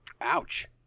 Ouch